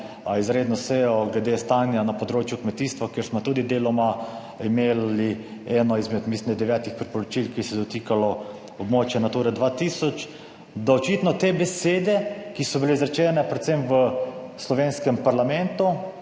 izredno sejo glede stanja na področju kmetijstva, kjer smo tudi deloma imeli eno izmed, mislim, da devetih priporočil, ki bi se je dotikalo območja Nature 2000, da očitno te besede, ki so bile izrečene predvsem v slovenskem parlamentu,